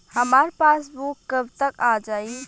हमार पासबूक कब तक आ जाई?